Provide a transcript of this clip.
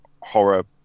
horror